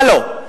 מה לא?